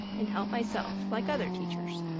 and help myself, like other teachers.